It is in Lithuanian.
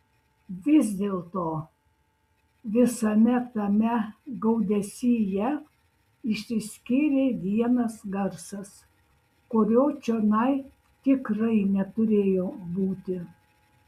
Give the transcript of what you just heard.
vis dėlto visame tame gaudesyje išsiskyrė vienas garsas kurio čionai tikrai neturėjo būti